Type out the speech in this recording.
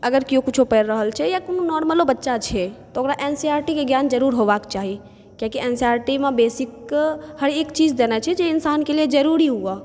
अगर केओ किछो पढ़ि रहल छै या कोनो नॉर्मलो बच्चा छै ओकरा एन सी आर टी के जरुर होबाक चाही कियाकि एन सी आर टी मे बेसिक हर एक चीज देने छै जे इन्सानके लेल जरुरी हुअ